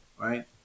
right